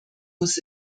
muss